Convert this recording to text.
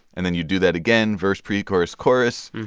and then you do that again verse, pre-chorus, chorus.